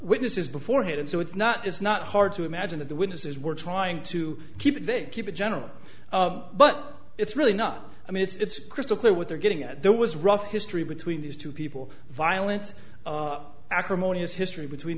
witnesses before had and so it's not it's not hard to imagine that the witnesses were trying to keep it they keep it general but it's really not i mean it's crystal clear what they're getting at there was rough history between these two people violent acrimonious history between